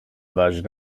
version